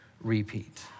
repeat